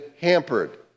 hampered